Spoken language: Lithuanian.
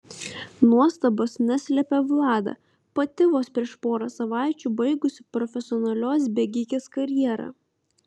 nuostabos neslepia vlada pati vos prieš porą savaičių baigusi profesionalios bėgikės karjerą